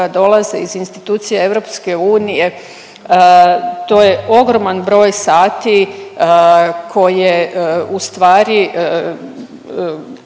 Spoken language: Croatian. dolaze iz institucija EU to je ogroman broj sati koje ustvari